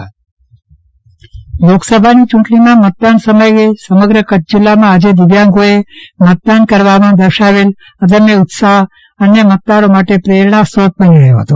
ચંદ્રવદન પદ્દણી દિવ્યાંગ મતદારો લોકસભાની યૂંટણીમાં મતદાન સમયે સમગ્ર કચ્છ જિલ્લામાં આજે દિવ્યાંગોએ મતદાન કરવામાં દર્શાવેલ અદમ્ય ઉત્સાહ અન્ય મતદારો માટે પ્રેરણાસ્ત્રોત બની રહ્યો હતો